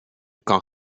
kan